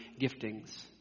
giftings